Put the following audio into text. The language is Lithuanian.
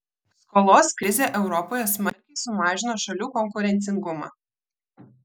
skolos krizė europoje smarkiai sumažino šalių konkurencingumą